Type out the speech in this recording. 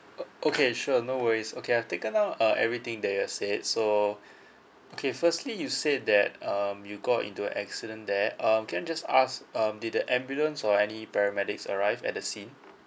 o~ okay sure no worries okay I've taken down uh everything that you have said so okay firstly you said that um you got into an accident there um can I just ask um did the ambulance or any paramedics arrive at the scene